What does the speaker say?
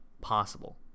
possible